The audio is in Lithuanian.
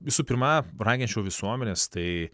visų pirma raginčiau visuomenes tai